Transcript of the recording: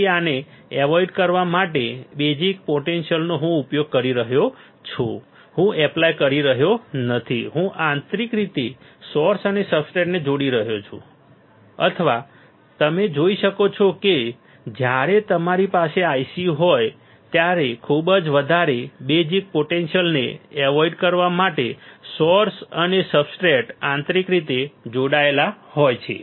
તેથી આને એવોઈડ કરવા માટે બેઝીક પોટેન્ટિઅલનો હું ઉપયોગ કરી રહ્યો છું હું એપ્લાય કરી રહ્યો નથી હું આંતરિક રીતે સોર્સ અને સબસ્ટ્રેટને જોડી રહ્યો છું અથવા તમે જોઈ શકો છો કે જ્યારે તમારી પાસે IC હોય ત્યારે ખુબજ વધારે બેઝીક પોટેન્ટિઅલને એવોઈડ કરવા માટે સોર્સ અને સબસ્ટ્રેટ્સ આંતરિક રીતે જોડાયેલા હોય છે